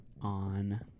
On